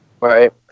Right